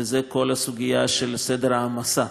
וזה כל הסוגיה של סדר ההעמסה.